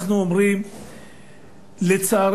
אנחנו אומרים, לצערנו,